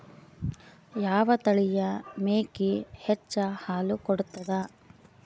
ಯಾವ ತಳಿಯ ಮೇಕಿ ಹೆಚ್ಚ ಹಾಲು ಕೊಡತದ?